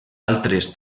altres